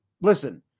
listen